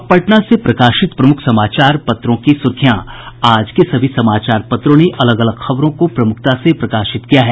अब पटना से प्रकाशित प्रमुख समाचारों की सुर्खियां आज के सभी समाचार पत्रों ने अलग अलग खबरों को प्रमुखता से प्रकाशित किया है